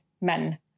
men